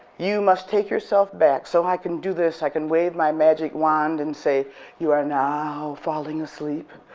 you must take yourself back so i can do this, i can wave my magic wand and say you are now falling asleep,